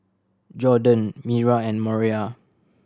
Jorden Mira and Moriah